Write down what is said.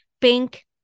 pink